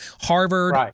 Harvard